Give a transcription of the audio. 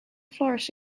flourish